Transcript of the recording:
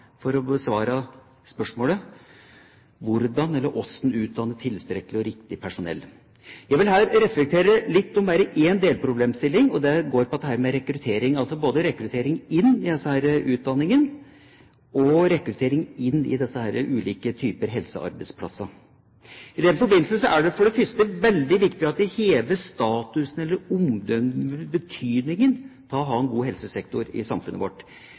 for å besvare spørsmålet: Hvordan utdanne tilstrekkelig og riktig personell? Jeg vil reflektere litt over en delproblemstilling, og det går på rekruttering, både rekruttering inn i denne utdanningen og rekruttering inn i ulike typer helsearbeidsplasser. I den forbindelse er det for det første veldig viktig at vi hever statusen og omdømmet, og framhever betydningen av å ha en god helsesektor i samfunnet vårt.